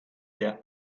their